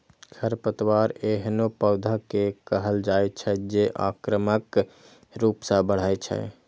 खरपतवार एहनो पौधा कें कहल जाइ छै, जे आक्रामक रूप सं बढ़ै छै